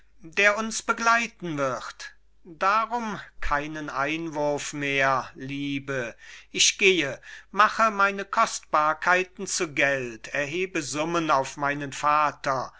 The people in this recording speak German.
der uns begleiten wird darum keinen einwurf mehr liebe ich gehe mache meine kostbarkeiten zu geld erhebe summen auf meinen vater